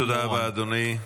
תודה רבה, אדוני.